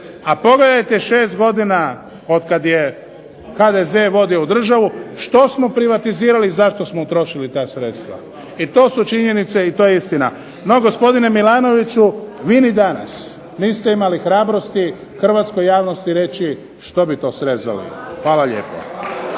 A pogledajte 6 godina od kad je HDZ vodi ovu državu što smo privatizirali i zašto smo utrošili ta sredstva. I to su činjenice i to je istina. No, gospodine Milanoviću, vi ni danas niste imali hrabrosti hrvatskoj javnosti reći što bi to srezali. Hvala lijepo.